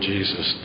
Jesus